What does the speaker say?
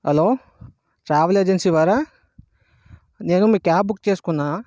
hello travel agency వారా నేను మీ క్యాబ్ బుక్ చేసుకున్నాను